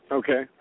okay